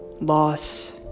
loss